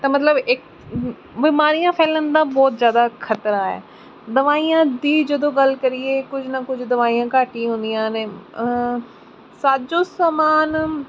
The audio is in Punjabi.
ਤਾਂ ਮਤਲਬ ਏ ਬਿਮਾਰੀਆਂ ਫੈਲਣ ਦਾ ਬਹੁਤ ਜ਼ਿਆਦਾ ਖਤਰਾ ਹੈ ਦਵਾਈਆਂ ਦੀ ਜਦੋਂ ਗੱਲ ਕਰੀਏ ਕੁਝ ਨਾ ਕੁਝ ਦਵਾਈਆਂ ਘੱਟ ਹੀ ਹੁੰਦੀਆਂ ਨੇ ਸਾਜੋ ਸਮਾਨ